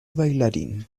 bailarín